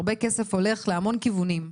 הרבה כסף הולך להמון כיוונים,